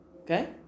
Okay